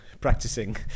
practicing